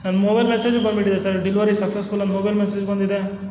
ನನ್ನ ಮೊಬೈಲ್ ಮೆಸೇಜಿಗೆ ಬನ್ಬಿಟ್ಟಿದೆ ಸರ್ ಡಿಲ್ವರಿ ಸಕ್ಸಸ್ಫುಲ್ ಅಂತ ಮೊಬೈಲ್ಗೆ ಮೆಸೇಜ್ ಬಂದಿದೆ